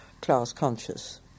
class-conscious